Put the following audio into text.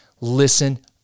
listen